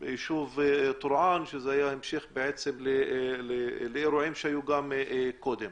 בישוב טורעאן, שזה היה המשך לאירועים שהיו קודם.